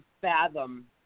fathom